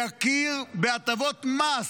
להכיר בהטבות מס